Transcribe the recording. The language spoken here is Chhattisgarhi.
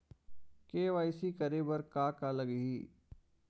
के.वाई.सी करे बर का का लगही?